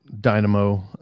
Dynamo